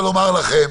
לומר לכם